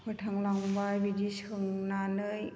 फोथांलाबाय बिदि सोंनानै